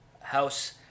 house